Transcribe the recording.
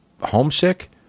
homesick